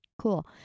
cool